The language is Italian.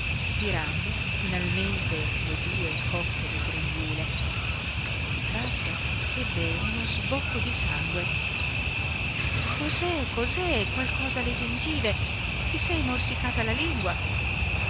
stirando macchinalmente le due cocche del grembiule a un tratto ebbe uno sbocco di sangue cos'è cos'è qualcosa alle gengive ti sei morsicata la lingua